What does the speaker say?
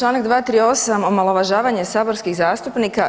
Čl. 238., omalovažavanje saborskih zastupnika.